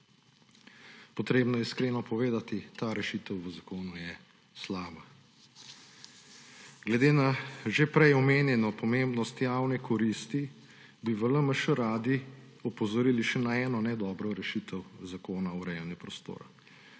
Potrebno je iskreno povedati, ta rešitev v zakonu je slaba. Glede na že prej omenjeno pomembnost javne koristi, bi v LMŠ radi opozorili še na eno ne dobro rešitev zakona o urejanju prostora.